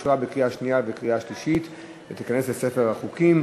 אושר בקריאה שנייה ובקריאה שלישית וייכנס לספר החוקים.